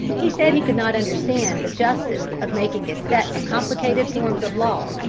he said he could not understand the justice of making a set of complicated forms of law,